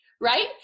right